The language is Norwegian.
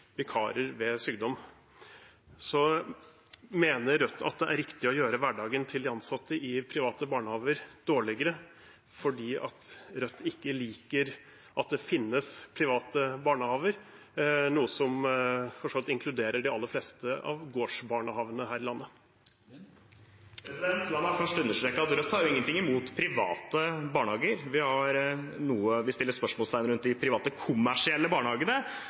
vikarer ved sykdom. Mener Rødt det er riktig å gjøre hverdagen til de ansatte i private barnehager dårligere fordi Rødt ikke liker at det finnes private barnehager, som for så vidt inkluderer de aller fleste av gårdsbarnehagene her i landet? La meg først understreke at Rødt ikke har noe imot private barnehager. Vi har noe vi setter spørsmålstegn ved når det gjelder de private kommersielle barnehagene,